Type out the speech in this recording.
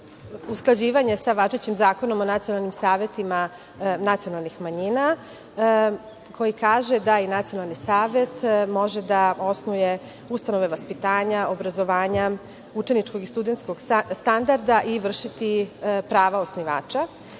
usklađivanje sa važećim Zakonom o nacionalnim savetima nacionalnih manjina, koji kaže da i nacionalni svet može da osnuje ustanove vaspitanja, obrazovanja, učeničkog i studenskog standarda i vršiti prava osnivača,